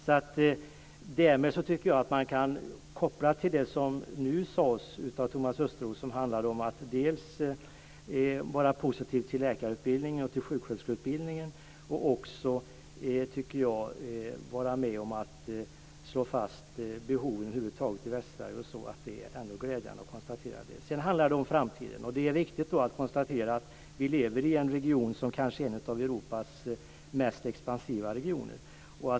Detta tycker jag att man kan koppla till det som nu sades av Thomas Östros och som handlade om att dels vara positiv till läkar och sjuksköterskeutbildningen, dels om att vara med om att slå fast behoven över huvud taget i Västsverige. Det är ändå glädjande att konstatera det. Sedan handlar det om framtiden. Det är viktigt att konstatera att vi lever i en region som kanske är en av Europas mest expansiva.